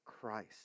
Christ